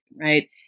Right